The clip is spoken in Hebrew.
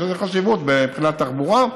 יש לזה חשיבות מבחינת תחבורה.